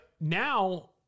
now